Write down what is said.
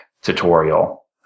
tutorial